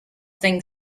think